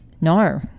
no